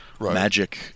magic